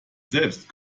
selbst